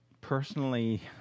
personally